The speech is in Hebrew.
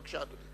בבקשה, אדוני.